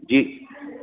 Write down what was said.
जी